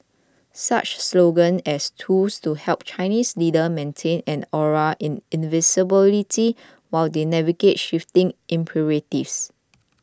such slogans as tools to help Chinese leaders maintain an aura in invincibility while they navigate shifting imperatives